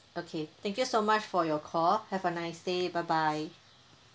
okay thank you so much for your call have a nice day bye bye